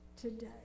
today